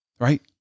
Right